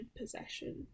possession